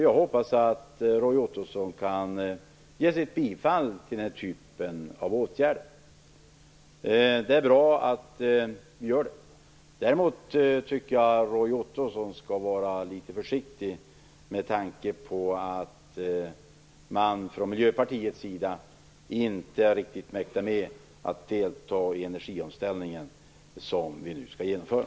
Jag hoppas att Roy Ottosson kan ge sitt bifall till den här typen av åtgärder. Det är bra om ni gör det. Däremot tycker jag att Roy Ottosson skall vara litet försiktig med tanke på att Miljöpartiet inte riktigt mäktar med att delta i den energiomställning som vi nu skall genomföra.